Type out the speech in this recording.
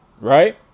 Right